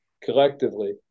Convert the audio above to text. collectively